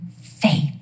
faith